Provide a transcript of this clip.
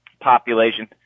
population